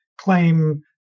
claim